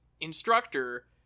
instructor